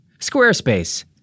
Squarespace